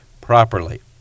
properly